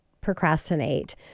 procrastinate